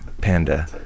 Panda